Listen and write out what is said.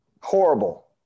Horrible